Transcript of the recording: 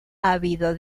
habido